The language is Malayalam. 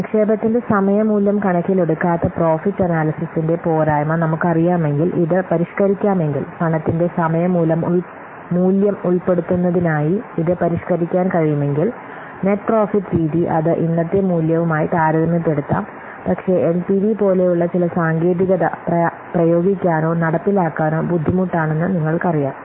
നിക്ഷേപത്തിന്റെ സമയ മൂല്യം കണക്കിലെടുക്കാത്ത പ്രോഫിറ്റ് അനാല്യ്സിസിന്റെ പോരായ്മ നമുക്കറിയാമെങ്കിൽ ഇത് പരിഷ്കരിക്കാമെങ്കിൽ പണത്തിന്റെ സമയ മൂല്യം ഉൾപ്പെടുത്തുന്നതിനായി ഇത് പരിഷ്കരിക്കാൻ കഴിയുമെങ്കിൽ നെറ്റ് പ്രോഫിറ്റ് രീതി അത് ഇന്നത്തെ മൂല്യവുമായി താരതമ്യപ്പെടുത്താം പക്ഷേ എൻപിവി പോലെയുള്ള ചില സാങ്കേതികത പ്രയോഗിക്കാനോ നടപ്പിലാക്കാനോ ബുദ്ധിമുട്ടാണെന്ന് നിങ്ങൾക്കറിയാം